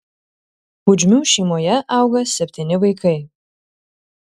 pudžmių šeimoje auga septyni vaikai